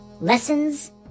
lessons